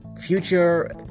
future